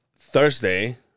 Thursday